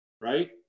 right